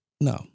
no